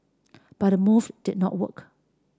but the move did not work